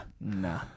nah